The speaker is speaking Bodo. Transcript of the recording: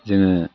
जोङो